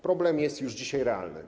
Problem jest już dzisiaj realny.